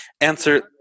answer